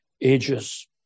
ages